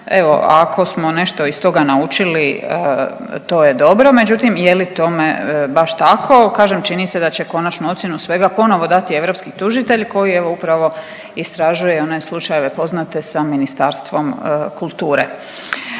ako smo nešto iz toga naučili, to je dobro, međutim, je li tome baš tako, kažem, čini se da će konačnu ocjenu svega ponovo dati europski tužitelj koji evo, upravo istražuje i one poznate slučajeve poznate sa Ministarstvom kulture.